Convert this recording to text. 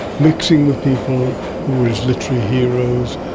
mixing with people who were his literary heroes,